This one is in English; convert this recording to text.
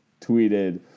tweeted